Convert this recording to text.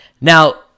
Now